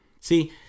See